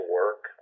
work